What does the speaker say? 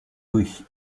durch